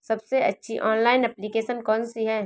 सबसे अच्छी online application कौन सी है?